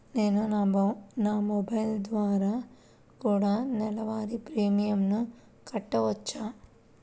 నేను నా మొబైల్ ద్వారా కూడ నెల వారి ప్రీమియంను కట్టావచ్చా?